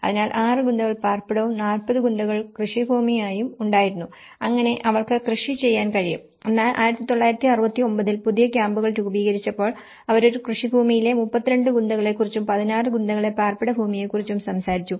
അതിനാൽ 6 ഗുന്തകൾ പാർപ്പിടവും 40 ഗുന്തകൾ കൃഷിഭൂമിയും ഉണ്ടായിരുന്നു അങ്ങനെ അവർക്ക് കൃഷി ചെയ്യാൻ കഴിയും എന്നാൽ 1969 ൽ പുതിയ ക്യാമ്പുകൾ രൂപീകരിച്ചപ്പോൾ അവർ ഒരു കൃഷിഭൂമിയിലെ 32 ഗുന്തകളെക്കുറിച്ചും 16 ഗുന്തകളെ പാർപ്പിട ഭൂമിയെക്കുറിച്ചും സംസാരിച്ചു